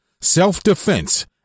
self-defense